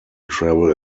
travel